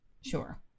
Sure